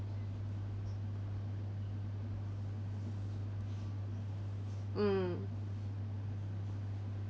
mm